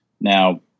Now